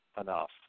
enough